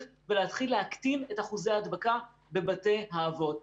ולהתחיל להקטין את אחוזי ההדבקה בבתי האבות.